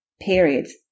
periods